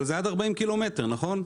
היא אמרה 99 שקלים, אבל זה עד 40 ק"מ, נכון?